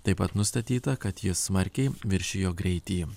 taip pat nustatyta kad jis smarkiai viršijo greitį